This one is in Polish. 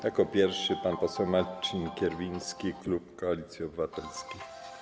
Jako pierwszy pan poseł Marcin Kierwiński, klub Koalicji Obywatelskiej.